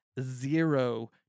zero